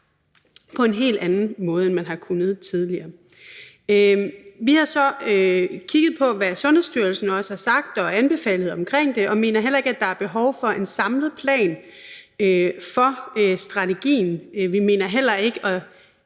på en helt anden måde, end man har kunnet tidligere. Vi har så kigget på, hvad Sundhedsstyrelsen har sagt og anbefalet omkring det, og mener heller ikke, der er behov for en samlet plan for strategien. Vi mener heller ikke,